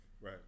Right